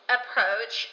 approach